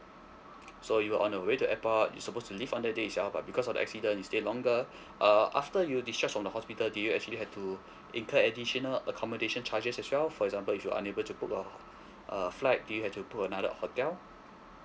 so you're on the way to airport you supposed to leave on the day itself but because of the accident you stay longer uh after you discharged from the hospital do you actually have to incur additional accommodation charges as well for example if you're unable to book a uh flight do you have to book another hotel